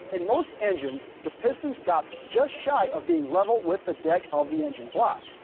in most engines the piston stops just shy of being level with the deck of the engine block.